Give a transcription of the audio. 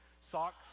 Socks